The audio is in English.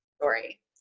story